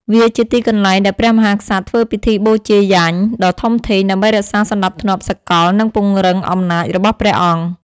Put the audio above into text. វាជាទីកន្លែងដែលព្រះមហាក្សត្រធ្វើពិធីបូជាយញ្ញដ៏ធំធេង ដើម្បីរក្សាសណ្តាប់ធ្នាប់សកល និងពង្រឹងអំណាចរបស់ព្រះអង្គ។